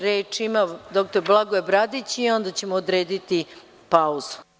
Reč ima dr Blagoje Bradić, a onda ćemo odrediti pauzu.